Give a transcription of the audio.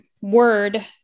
word